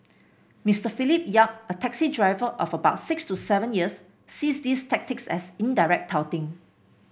Mister Philip Yap a taxi driver of about six to seven years sees these tactics as indirect touting